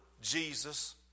Jesus